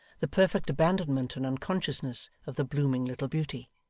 the perfect abandonment and unconsciousness of the blooming little beauty?